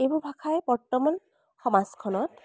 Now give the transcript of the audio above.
এইবোৰ ভাষাই বৰ্তমান সমাজখনত